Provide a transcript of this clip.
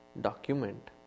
document